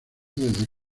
desde